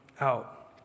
out